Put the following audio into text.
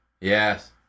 Yes